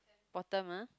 bottom ah